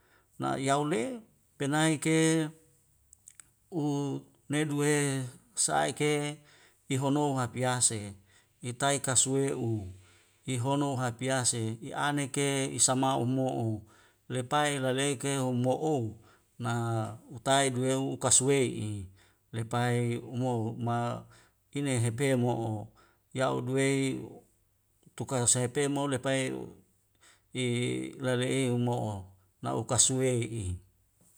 Yau le penai ke u nedu e saike meheno a pease etai ka suwe'u hihono hapiase i ane ke isa ma'u mo'o lepai laleke homo ou na utai guweu ukas we'i lepai umo ma ine hepe mo'o yau duwei tuksasai pe mole pai i lale i mo'o na u'kasiwei i